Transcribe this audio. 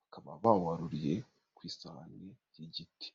Bakaba bawaruriye ku isahani ry'igiti.